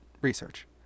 research